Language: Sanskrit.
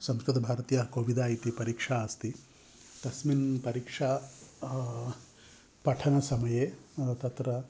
संस्कृतभारत्याः कोविदः इति परीक्षा अस्ति तस्मिन् परिक्षा पठनसमये तत्र